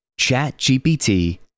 ChatGPT